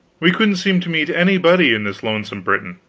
we couldn't seem to meet anybody in this lonesome britain,